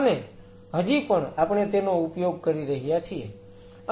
અને હજી પણ આપણે તેનો ઉપયોગ કરી રહ્યા છીએ